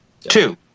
two